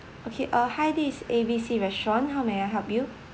okay uh hi this is A B C restaurant how may I help you